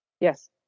Yes